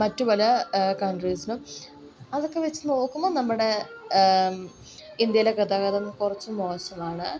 മറ്റു പല കൺട്രീസിലും അതൊക്കെ വെച്ച് നോക്കുമ്പോൾ നമ്മുടെ ഇന്ത്യയിലെ ഗതാഗതം കുറച്ച് മോശമാണ്